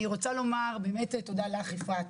אני רוצה לומר לך תודה, אפרת.